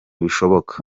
bishoboka